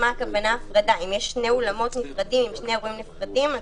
אם יש שני אולמות נפרדים, שני אירועים נפרדים,